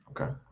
Okay